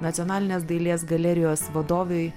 nacionalinės dailės galerijos vadovei